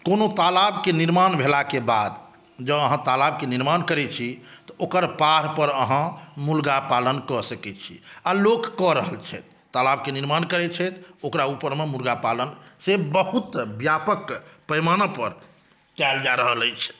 कोनो तालाबके निर्माण भेलाके बाद जँ अहाँ तालाबके निर्माण करै छी तऽ ओकर पाढ पर अहाँ मुर्गा पालन कऽ सकै छी आ लोक कऽ रहल छथि तालाबके निर्माण करैत छथि ओकरा ऊपरमे मुर्गा पालन से बहुत व्यापक पैमाना पर कएल जा रहल अछि